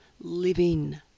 living